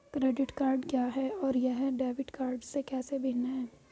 Credit card क्या है और यह डेबिट कार्ड से कैसे भिन्न है?